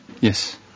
yes